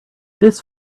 this